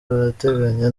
barateganya